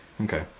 Okay